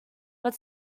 but